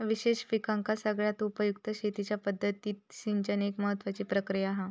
विशेष पिकांका सगळ्यात उपयुक्त शेतीच्या पद्धतीत सिंचन एक महत्त्वाची प्रक्रिया हा